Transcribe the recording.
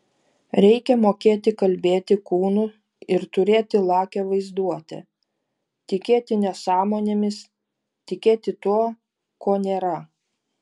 reikia mokėti kalbėti kūnu ir turėti lakią vaizduotę tikėti nesąmonėmis tikėti tuo ko nėra